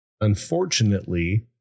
Unfortunately